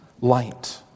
light